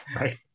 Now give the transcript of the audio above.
Right